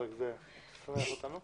תוך שבעה ימים.